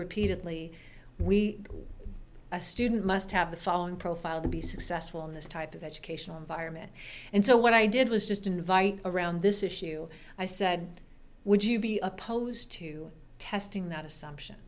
repeatedly we a student must have the following profile to be successful in this type of educational environment and so what i did was just invite around this issue i said would you be opposed to testing that assumption